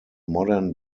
modern